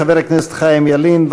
חבר הכנסת חיים ילין,